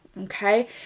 okay